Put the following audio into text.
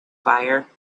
fire